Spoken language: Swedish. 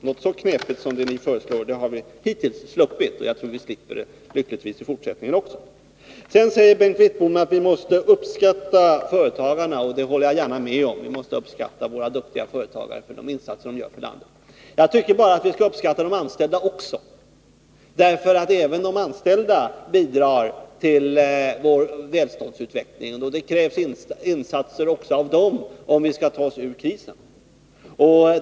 Något så knepigt som det ni föreslår har vi hittills sluppit — och jag tror att vi lyckligtvis slipper det i fortsättningen också. Sedan säger Bengt Wittbom att vi måste uppskatta företagarna. Det håller jag gärna med om. Vi måste uppskatta våra duktiga företagare för de insatser de gör för landet. Jag tycker bara att vi skall uppskatta de anställda också. Även de anställda bidrar nämligen till vår välståndsutveckling, och det krävs insatser också av dem om vi skall ta oss ur krisen.